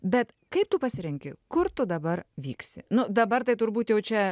bet kaip tu pasirenki kur tu dabar vyksi nu dabar tai turbūt jau čia